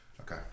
Okay